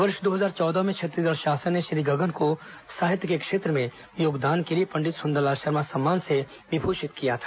वर्ष दो हजार चौदह में छत्तीसगढ़ शासन ने श्री गगन को साहित्य के क्षेत्र में योगदान के लिए पंडित सुंदरलाल शर्मा सम्मान से विभूषित किया था